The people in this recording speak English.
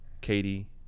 Katie